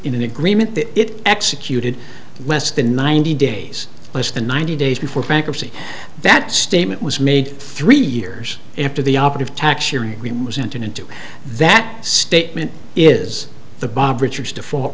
an agreement that it executed less than ninety days less than ninety days before bankruptcy that statement was made three years after the operative tax year in green was entered into that statement is the bob richards default